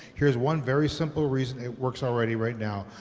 here's one very simple reason it works already right now.